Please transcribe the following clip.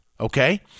okay